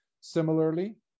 Similarly